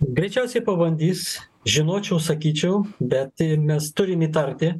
greičiausiai pabandys žinočiau sakyčiau bet mes turim įtarti